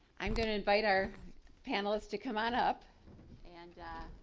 i'm going to invite our panelists to come on up and